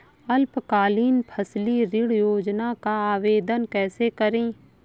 अल्पकालीन फसली ऋण योजना का आवेदन कैसे करें?